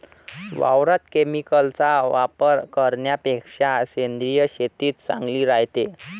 वावरात केमिकलचा वापर करन्यापेक्षा सेंद्रिय शेतीच चांगली रायते